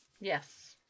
Yes